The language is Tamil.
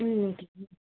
ம் ஓகே மேம்